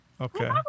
Okay